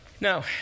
Now